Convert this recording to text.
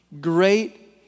Great